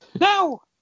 Now